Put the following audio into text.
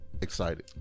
excited